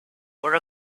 were